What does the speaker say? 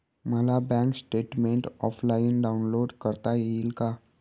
मला bank statement offline download करता येईल का?